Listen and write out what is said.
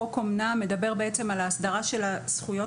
חוק אומנה מדבר בעצם על ההסדרה של הזכויות